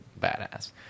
badass